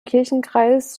kirchenkreis